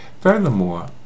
Furthermore